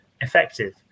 effective